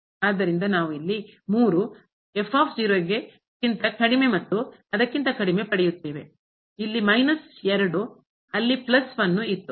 ಆದ್ದರಿಂದ ನಾವು ಇಲ್ಲಿ ಗೆ ಕ್ಕಿಂತ ಕಡಿಮೆ ಮತ್ತು ಅದಕ್ಕಿಂತ ಕಡಿಮೆ ಪಡೆಯುತ್ತೇವೆ ಇಲ್ಲಿ ಮೈನಸ್ ಅಲ್ಲಿ ಪ್ಲಸ್ ಇತ್ತು